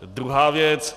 Druhá věc.